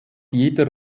jeder